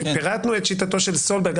פירטנו את שיטתו של סולברג.